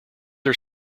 are